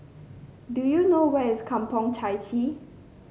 do you know where is Kampong Chai Chee